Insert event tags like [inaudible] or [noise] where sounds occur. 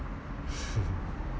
[laughs]